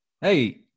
hey